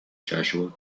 joshua